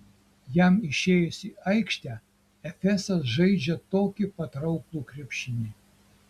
jam išėjus į aikštę efesas žaidžią tokį patrauklų krepšinį